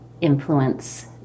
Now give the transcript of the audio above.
influence